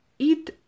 eat